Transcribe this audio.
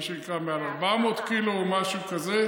מה שנקרא, מעל 400 קילו או משהו כזה.